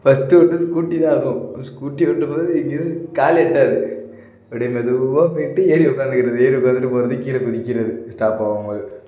first ஓட்டினது scooty தான் இருக்கும் ஸ்கூட்டி ஓட்டும் போது இங்கேயிருந்து காலு எட்டாது அப்படியே மெதுவாக போய்ட்டு ஏறி உக்காந்துக்கறது ஏறி உக்காந்துட்டு போகிறது கீழே குதிக்கிறது ஸ்டாப் ஆகும் போது